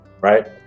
right